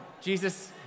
Jesus